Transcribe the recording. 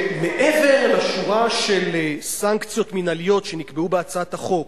שמעבר לשורה של סנקציות מינהליות שנקבעו בהצעת החוק,